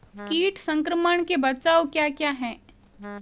कीट संक्रमण के बचाव क्या क्या हैं?